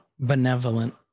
Benevolent